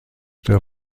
der